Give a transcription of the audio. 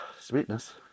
sweetness